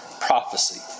prophecy